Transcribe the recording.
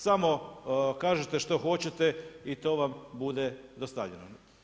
Samo kažete što hoćete i to vam bude dostavljeno.